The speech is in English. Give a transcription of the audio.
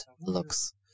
looks